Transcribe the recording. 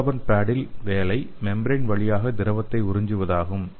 absorbent பேடின் வேலை membrane வழியாக திரவத்தை உறிஞ்சுவதாகும்